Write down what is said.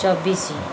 ଚବିଶି